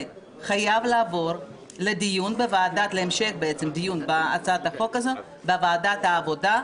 חייבת לעבור להמשך דיון בוועדת העבודה,